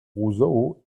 roseau